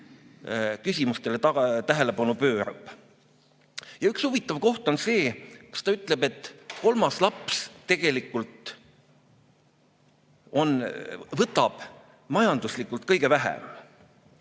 küsimustele tähelepanu. Ja üks huvitav koht on see, kus ta ütleb, et kolmas laps tegelikult võtab majanduslikult kõige vähem.